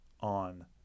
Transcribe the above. on